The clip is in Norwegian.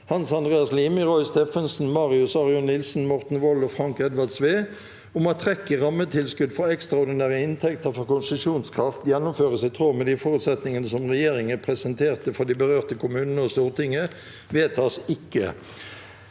Hans Andreas Limi, Roy Steffensen, Marius Arion Nilsen, Morten Wold og Frank Edvard Sve om at trekk i rammetilskudd for ekstraordinære inntekter fra konsesjonskraft gjennomføres i tråd med de forutsetningene som regjeringen presenterte for de berørte kommunene og Stortinget – vedtas ikke.